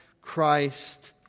Christ